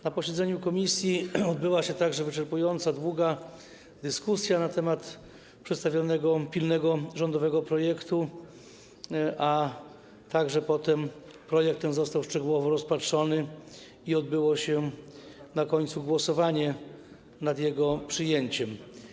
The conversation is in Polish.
Na posiedzeniu komisji odbyła się także wyczerpująca, długa dyskusja na temat przedstawionego pilnego rządowego projektu, a potem projektem został szczegółowo rozpatrzony i odbyło się na końcu głosowanie nad jego przyjęciem.